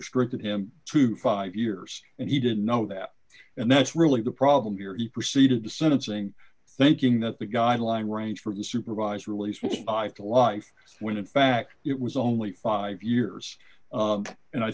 restricted him to five years and he didn't know that and that's really the problem here proceeded to sentencing thinking that the guideline range from supervised release from five to life when in fact it was only five years and i